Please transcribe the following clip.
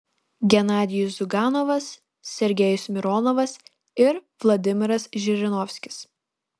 genadijus ziuganovas sergejus mironovas ir vladimiras žirinovskis